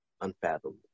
unfathomable